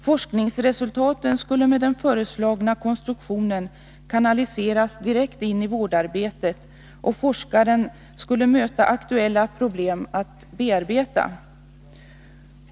Forskningsresultaten skulle Nr 133 med den föreslagna konstruktionen kanaliseras direkt in i vårdarbetet, där forskaren skulle möta problem att bearbeta.